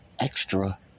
Extra